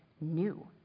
new